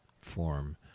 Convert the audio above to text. form